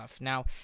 Now